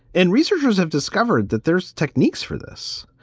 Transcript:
and researchers have discovered that there's techniques for this.